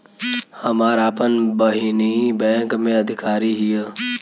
हमार आपन बहिनीई बैक में अधिकारी हिअ